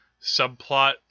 subplot